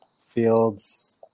Fields